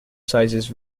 sizes